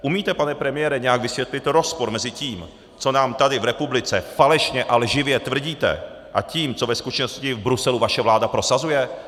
Umíte, pane premiére, nějak vysvětlit rozpor mezi tím, co nám tady v republice falešně a lživě tvrdíte, a tím, co ve skutečnosti v Bruselu vaše vláda prosazuje?